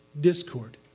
discord